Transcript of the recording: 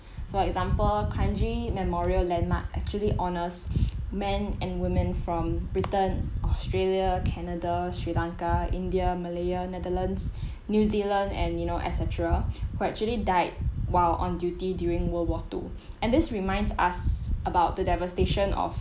for example kranji memorial landmark actually honours men and women from britain australia canada sri lanka india malaya netherlands new zealand and you know et cetera who actually died while on duty during world war two and this reminds us about the devastation of